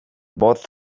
both